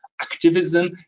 activism